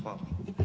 Hvala.